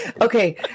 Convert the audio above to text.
Okay